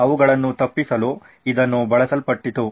ಅವುಗಳನ್ನು ತಪ್ಪಿಸಲು ಇದನ್ನು ಬಳಸಲ್ಪಟ್ಟಿತು